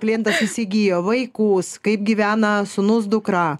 klientas įsigijo vaikus kaip gyvena sūnus dukra